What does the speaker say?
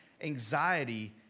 anxiety